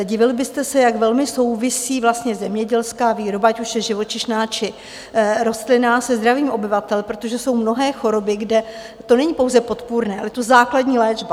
Divil byste se, jak velmi souvisí vlastně zemědělská výroba, ať už je živočišná, či rostlinná, se zdravím obyvatel, protože jsou mnohé choroby, kde to není pouze podpůrné, ale je to základní léčba.